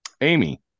Amy